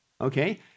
Okay